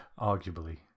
Arguably